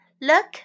Look